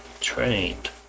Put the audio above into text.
trained